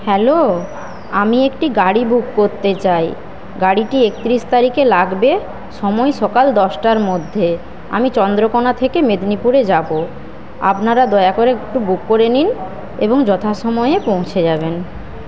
hello আমি একটি গাড়ি বুক করতে চাই গাড়িটি একত্রিশ তারিখে লাগবে সময় সকাল দশটার মধ্যে আমি চন্দ্রকোনা থেকে মেদিনীপুরে যাব আপনারা দয়া করে একটু বুক করে নিন এবং যথা সময় পৌঁছে দেবেন